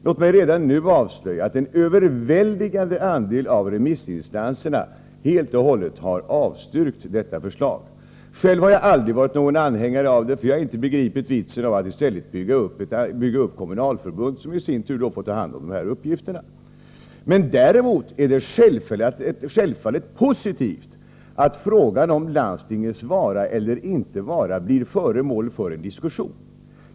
Låt mig redan nu avslöja att en överväldigande andel av remissinstanserna helt och hållet har avstyrkt det förslaget. Själv har jag aldrig varit någon anhängare av det, eftersom jag inte har begripit vitsen att bygga upp ett kommunalförbund som skulle ta över landstingens uppgifter. Däremot är det självfallet positivt att frågan om landstingens vara eller inte vara blir föremål för diskussion.